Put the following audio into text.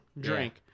drink